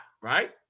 right